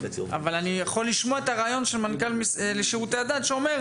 אבל אני יכול לשמוע את הרעיון של מנכ"ל המשרד לשירותי הדת שאומר,